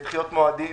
דחיות מועדי תשלום,